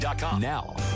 Now